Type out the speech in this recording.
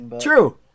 true